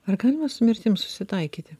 ar galima su mirtim susitaikyti